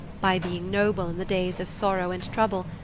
by being noble in the days of sorrow and trouble,